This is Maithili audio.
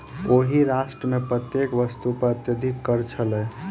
ओहि राष्ट्र मे प्रत्येक वस्तु पर अत्यधिक कर छल